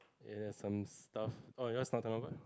it has some stuff orh yours not turnover